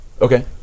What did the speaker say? Okay